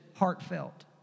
heartfelt